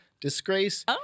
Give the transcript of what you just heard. Disgrace